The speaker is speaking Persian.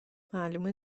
معلومه